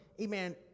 amen